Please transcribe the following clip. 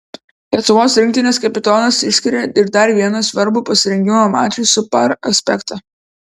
lietuvos rinktinės kapitonas išskiria ir dar vieną svarbų pasirengimo mačui su par aspektą